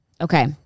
okay